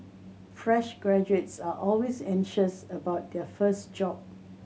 fresh graduates are always anxious about their first job